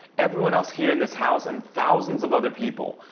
everyone else here in this house, and thousands of other people.